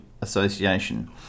association